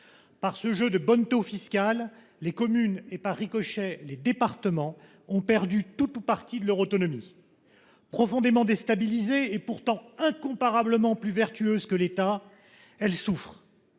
Par ce jeu de bonnes taux fiscales, les communes et par ricochet les départements ont perdu toute ou partie de leur autonomie. Profondément déstabilisée et pourtant incomparablement plus vertueuse que l'Etat, elle souffre.